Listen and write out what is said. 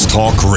Talk